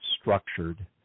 structured